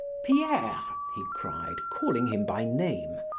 pierre! he cried, calling him by name,